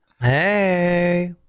hey